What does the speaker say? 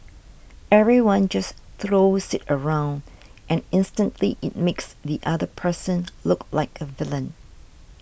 everyone just throws it around and instantly it makes the other person look like a villain